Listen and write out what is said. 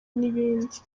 n’ibindi